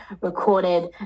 recorded